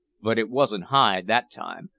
but it wasn't high that time,